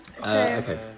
Okay